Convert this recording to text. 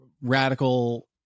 radical